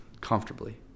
comfortably